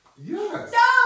Yes